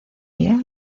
día